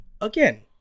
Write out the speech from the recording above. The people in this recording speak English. again